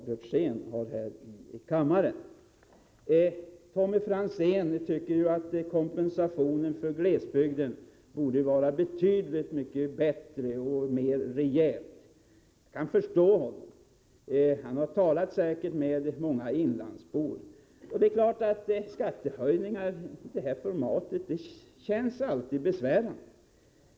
Tommy Franzén tycker att kompensationen för glesbygden borde vara betydligt bättre. Jag kan förstå honom. Han har säkert talat med många inlandsbor. En skattehöjning av det här formatet känns självfallet besvärande.